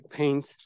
paint